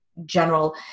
general